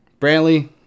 Brantley